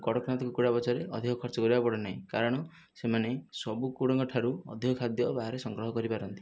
କଡ଼କନାଥ କୁକୁଡ଼ା ପଛରେ ଅଧିକ ଖର୍ଚ୍ଚ କରିବାକୁ ପଡ଼େ ନାଇଁ କାରଣ ସେମାନେ ସବୁ କୁକୁଡ଼ାଙ୍କ ଠାରୁ ଅଧିକ ଖାଦ୍ୟ ବାହାରେ ସଂଗ୍ରହ କରିପାରନ୍ତି